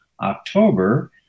October